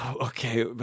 Okay